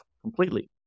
completely